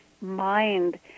mind